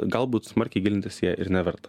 galbūt smarkiai gilintis į ją ir neverta